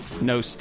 no